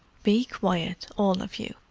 be quiet, all of you,